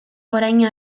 orain